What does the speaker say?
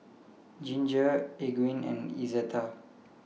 Ginger Eugene and Izetta